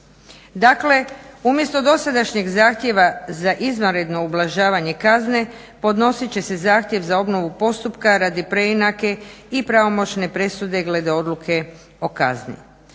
Dakle, umjesto dosadašnjeg zahtjeva za izvanredno ublažavanje kazne podnosit će se zahtjev za obnovu postupka radi preinake i pravomoćne presude glede odluke o kazni.